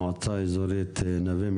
המועצה האזורית נווה מדבר.